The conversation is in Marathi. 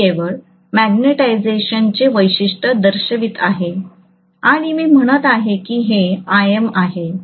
मी केवळ मॅग्नेटिझेशनचे वैशिष्ट्य दर्शवित आहे आणि मी म्हणत आहे की हे Im आहे